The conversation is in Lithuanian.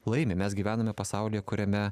laimi mes gyvename pasaulyje kuriame